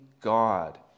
God